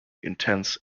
intense